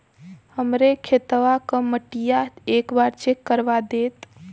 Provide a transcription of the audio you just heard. हमरे खेतवा क मटीया एक बार चेक करवा देत?